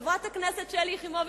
חברת הכנסת שלי יחימוביץ,